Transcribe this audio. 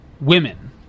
women